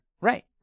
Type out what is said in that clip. Right